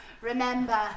Remember